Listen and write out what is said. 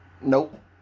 Nope